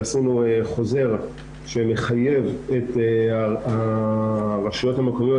הוצאנו חוזר שמחייב את הרשויות המקומיות,